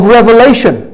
Revelation